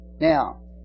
Now